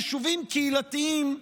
יישובים קהילתיים,